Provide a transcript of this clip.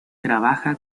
trabaja